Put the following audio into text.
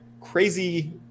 crazy